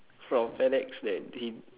from alex that he